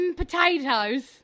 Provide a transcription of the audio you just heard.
potatoes